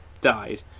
died